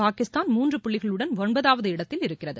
பாகிஸ்தான் மூன்று புள்ளிகளுடன் ஒன்பதாவது இடத்தில் இருக்கிறது